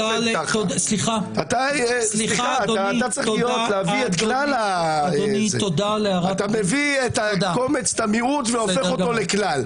אתה צריך להביא אתה כלל אבל אתה מביא את המיעוט והופך אותו לכלל.